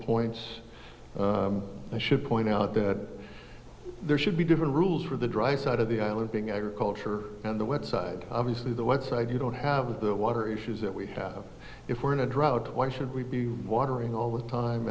points i should point out that there should be different rules for the dry side of the island being agriculture and the website obviously the website you don't have the water issues that we have if we're in a drought why should we be watering all the time